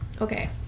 Okay